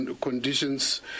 conditions